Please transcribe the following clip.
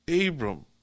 Abram